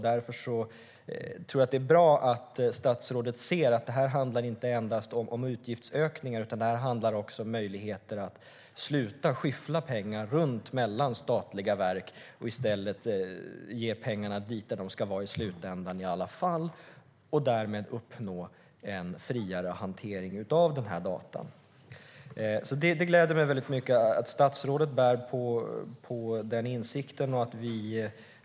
Därför är det bra att statsrådet ser att det här inte handlar om endast utgiftsökningar utan också om möjligheter att sluta skyffla pengar mellan statliga verk och i stället ge pengarna dit de i alla fall ska vara i slutändan och därmed uppnå en friare hantering av dessa data. Det gläder mig väldigt mycket att statsrådet bär på den insikten.